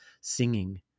singing